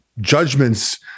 judgments